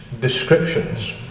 descriptions